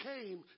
came